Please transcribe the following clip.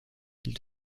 s’il